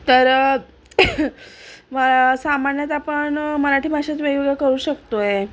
तर सामान्यात आपण मराठी भाषेत वेगवेगळं करू शकतो आहे